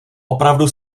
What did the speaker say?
opravdu